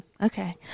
okay